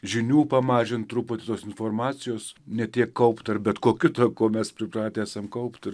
žinių pamažint truputį tos informacijos ne tiek kaupt ir bet ko kita ko mes pripratę esam kaupt ir